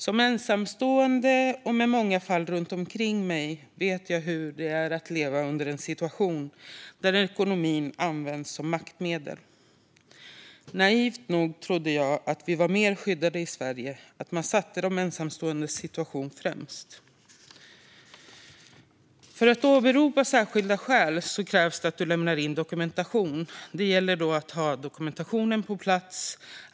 Som ensamstående och med många fall runt omkring mig vet jag hur det är att leva i en situation där ekonomin används som maktmedel. Naivt nog trodde jag att vi var mer skyddade i Sverige och att man satte de ensamståendes situation främst. För att åberopa särskilda skäl krävs att du lämnar in dokumentation. Det gäller då att ha dokumentationen på plats.